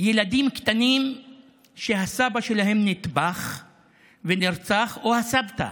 ילדים קטנים שהסבא שלהם נטבח ונרצח, או הסבתא